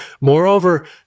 Moreover